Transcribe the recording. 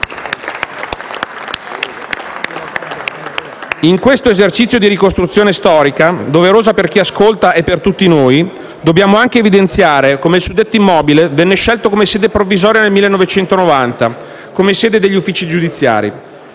In questo esercizio di ricostruzione storica, doverosa per chi ascolta e per tutti noi, dobbiamo anche evidenziare come suddetto immobile venne scelto come sede provvisoria nel 1990, come sede degli uffici giudiziari,